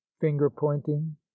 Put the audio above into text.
finger-pointing